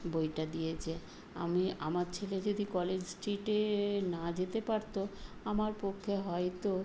বইটা দিয়েছে আমি আমার ছেলে যদি কলেজ স্ট্রিটে না যেতে পারতো আমার পক্ষে হয়তো